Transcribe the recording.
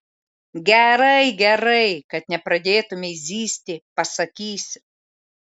gerai gerai kad nepradėtumei zyzti pasakysiu